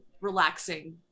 relaxing